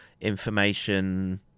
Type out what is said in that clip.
information